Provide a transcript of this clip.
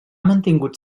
mantingut